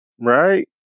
Right